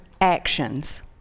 actions